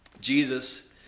Jesus